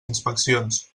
inspeccions